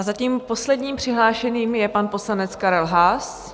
Zatím posledním přihlášeným je pan poslanec Karel Haas.